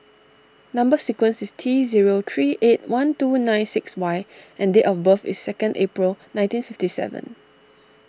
Number Sequence is T zero three eight one two nine six Y and date of birth is second April nineteen fifty seven